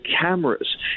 cameras